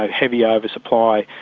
ah heavy ah oversupply,